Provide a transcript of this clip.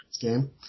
game